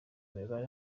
mibare